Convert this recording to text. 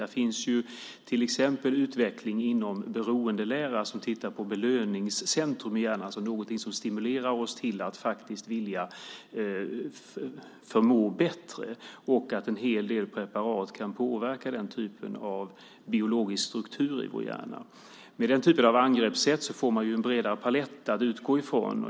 Här finns till exempel en utveckling inom beroendeläran där man tittar på belöningscentrum i hjärnan som någonting som stimulerar oss till att faktiskt vilja förmå bättre och att en hel del preparat kan påverka den typen av biologisk struktur i vår hjärna. Vid den typen av angreppssätt får man en bredare palett att utgå ifrån.